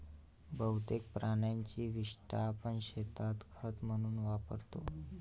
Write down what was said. बहुतेक प्राण्यांची विस्टा आपण शेतात खत म्हणून वापरतो